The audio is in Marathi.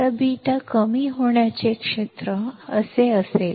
आता बीटा कमी होण्याचे क्षेत्र असे असेल